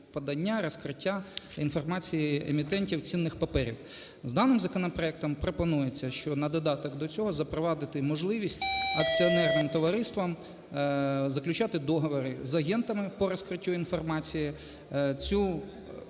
подання, розкриття інформації емітентів цінних паперів. Даним законопроектом пропонується, що на додаток до цього запровадити можливість акціонерним товариствам заключати договори з агентами по розкриттю інформації.